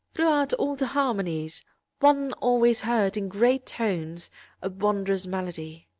throughout all the harmonies one always heard in great tones a wondrous melody,